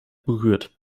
berührt